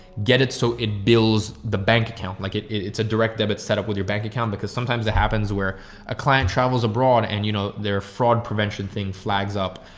get it so it bills the bank account. like it, it's a direct debit set up with your bank account because sometimes it happens where a client travels abroad and you know, their fraud prevention thing flags up,